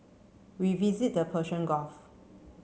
we visit the Persian Gulf